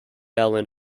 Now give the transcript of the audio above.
allen